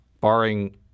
barring